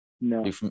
No